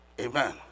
Amen